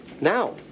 Now